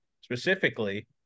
specifically